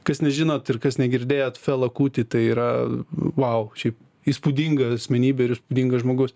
kas nežinot ir kas negirdėjot felakuti tai yra vau šiaip įspūdinga asmenybė ir įspūdingas žmogus